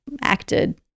acted